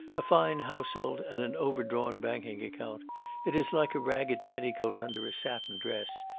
a fine household and an overdrawn banking account it is like a ragged petticoat under a satin dress.